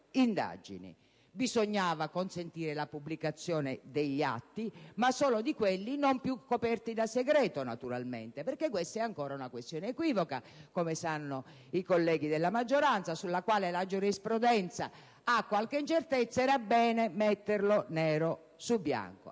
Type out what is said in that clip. Bisognava consentire la pubblicazione degli atti, ma solo di quelli non più coperti da segreto, naturalmente, perché questa è ancora una questione equivoca - come sanno i colleghi della maggioranza - sulla quale la giurisprudenza ha qualche incertezza ed era bene scriverlo nero su bianco.